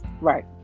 right